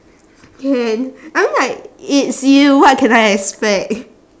okay I mean like it's you what can I expect